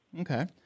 Okay